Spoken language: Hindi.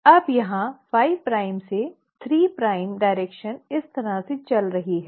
अब यहां 5 प्राइम से लेकर 3 प्राइम डायरेक्शन इस तरह से चल रही है